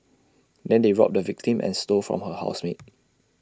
then they robbed the victim and stole from her housemate